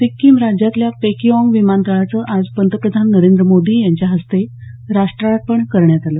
सिक्किम राज्यातल्या पेकयाँग विमानतळाचं आज पंतप्रधान नरेंद्र मोदी यांच्या हस्ते राष्ट्रार्पण करण्यात आलं